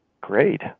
great